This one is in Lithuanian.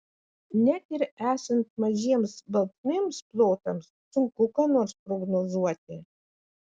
net ir esant mažiems baltmėms plotams sunku ką nors prognozuoti